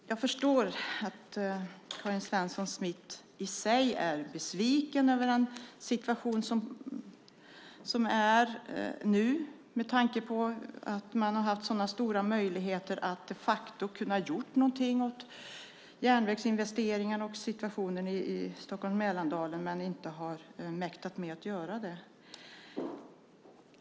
Fru talman! Jag förstår att Karin Svensson Smith i sig är besviken över den situation som nu råder med tanke på att man har haft stora möjligheter att de facto göra järnvägsinvesteringar och göra någonting åt situationen i Stockholm-Mälardalen men inte har mäktat med det.